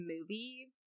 movie